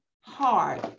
hard